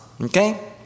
okay